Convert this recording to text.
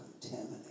contaminate